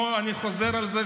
אני חוזר על זה,